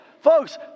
Folks